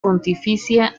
pontificia